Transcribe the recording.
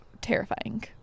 terrifying